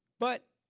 but,